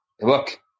look